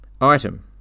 Item